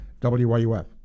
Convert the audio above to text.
WYUF